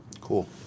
Cool